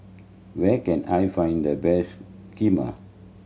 where can I find the best Kheema